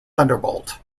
thunderbolt